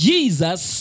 Jesus